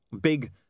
big